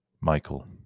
Michael